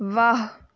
वाह